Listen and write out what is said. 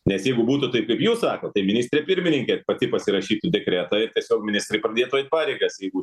nes jeigu būtų taip kaip jūs sakot tai ministrė pirmininkė pati pasirašytų dekretą ir tiesiog ministrai pradėtų eit pareigas jeigu